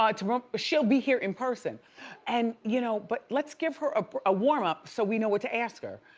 sort of um but she'll be here in person and you know but let's give her a warmup. so we know what to ask her.